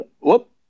whoop